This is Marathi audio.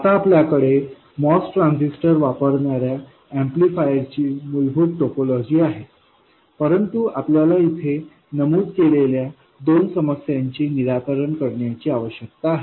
आता आपल्याकडे MOS ट्रान्झिस्टर वापरणाऱ्या एम्प्लीफायर ची मूलभूत टोपोलॉजी आहे परंतु आपल्याला येथे नमूद केलेल्या दोन समस्यांचे निराकरण करण्याची आवश्यकता आहे